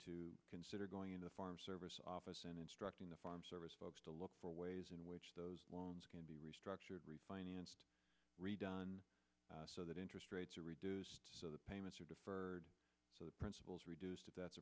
to consider going into farm service office and instructing the farm service folks to look for ways in which those loans can be restructured refinanced redone so that interest rates are reduced the payments are deferred so the principles reduced if that's